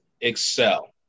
excel